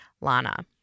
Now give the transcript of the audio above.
Lana